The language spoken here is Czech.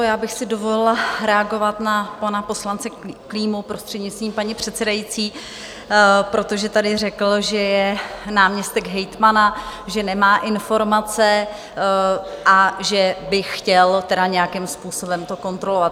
Já bych si dovolila reagovat na pana poslance Klímu, prostřednictvím paní předsedající, protože tady řekl, že je náměstek hejtmana, že nemá informace a že by chtěl nějakým způsobem to kontrolovat.